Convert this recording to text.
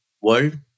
world